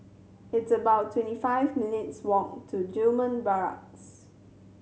it's about twenty five minutes' walk to Gillman Barracks